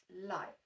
life